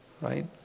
right